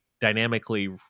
dynamically